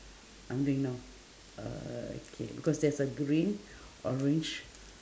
I'm doing now uh k because there's a green orange